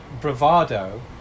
bravado